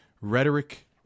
rhetoric